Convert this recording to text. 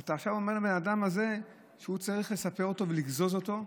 ועכשיו אתה אומר לאדם הזה שהוא צריך לספר אותו ולגזוז אותו.